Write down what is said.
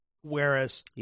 Whereas